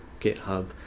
GitHub